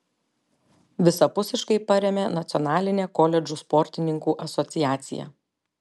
visapusiškai parėmė nacionalinė koledžų sportininkų asociacija